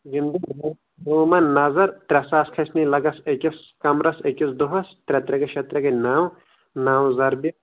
یِم یِمَن نَظر ترٛےٚ ساس کھَسنَے لَگَس أکِس کَمرَس أکِس دۄہَس ترٛےٚ ترٛےٚ گٔے شےٚ ترٛےٚ گٔے نَو نَو زَربہِ